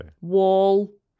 Wall